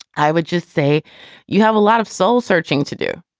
i would just say you have a lot of soul searching to do.